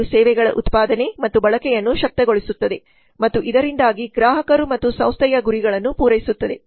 ಇದು ಸೇವೆಗಳ ಉತ್ಪಾದನೆ ಮತ್ತು ಬಳಕೆಯನ್ನು ಶಕ್ತಗೊಳಿಸುತ್ತದೆ ಮತ್ತು ಇದರಿಂದಾಗಿ ಗ್ರಾಹಕರು ಮತ್ತು ಸಂಸ್ಥೆಯ ಗುರಿಗಳನ್ನು ಪೂರೈಸುತ್ತದೆ